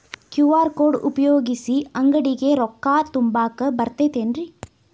QR code ಉಪಯೋಗಿಸಿ, ಅಂಗಡಿಗೆ ರೊಕ್ಕಾ ತುಂಬಾಕ್ ಬರತೈತೇನ್ರೇ?